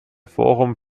forum